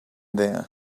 there